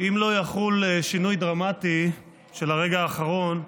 אם לא יחול שינוי דרמטי של הרגע האחרון,